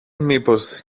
μήπως